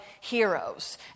heroes